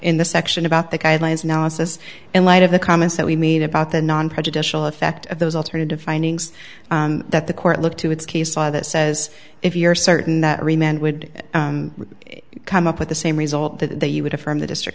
in the section about the guidelines now assess in light of the comments that we made about the non prejudicial effect of those alternative findings that the court looked to its case law that says if you're certain that remained would come up with the same result that you would have from the district